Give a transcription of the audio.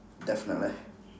definitely